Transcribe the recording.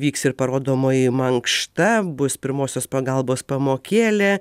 vyks ir parodomoji mankšta bus pirmosios pagalbos pamokėlė